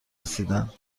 رسیدند